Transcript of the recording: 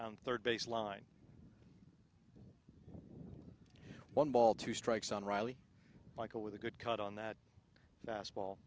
on third base line one ball two strikes on riley michael with a good cut on that fastball